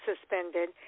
suspended